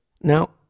Now